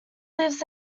lives